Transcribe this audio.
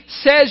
says